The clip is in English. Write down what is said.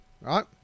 right